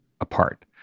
apart